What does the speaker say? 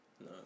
No